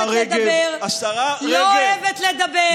לא אוהבת לדבר, השרה רגב, שדה תעופה,